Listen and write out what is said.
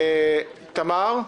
תמר,